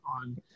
on